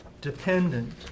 dependent